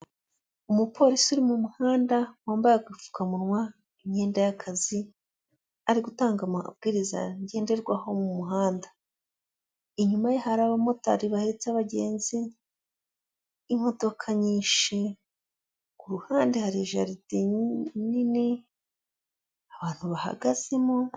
Umupolisi uri mu muhanda wambaye agapfukamuwa, imyenda y'akazi ari gutanga amabwiriza ngenderwaho mu muhanda, inyuma ye hari abamotari bahetse abagenzi, imodoka nyinshi, ku ruhande hari jaridi nini abantu bahagazemo.